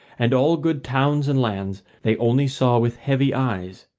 and all good towns and lands they only saw with heavy eyes,